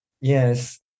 Yes